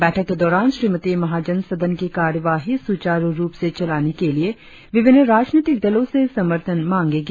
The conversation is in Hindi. बैठक के दौरान श्रीमती महाजन सदन की कार्यवाही सुचारु रुप से चलाने के लिए विभिन्न राजनीतिक दलों से समर्थन मांगेंगी